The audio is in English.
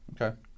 Okay